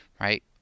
right